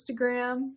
Instagram